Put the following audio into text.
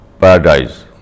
paradise